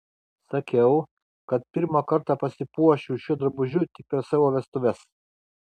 sakiau kad pirmą kartą pasipuošiu šiuo drabužiu tik per savo vestuves